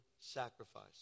sacrifice